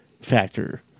factor